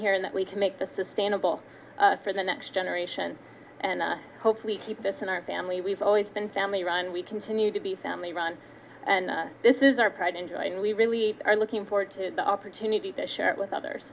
here and that we can make the sustainable for the next generation and hopefully keep this in our family we've always been family run we continue to be family run and this is our pride and joy and we really are looking forward to the opportunity to share it with others